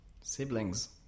Siblings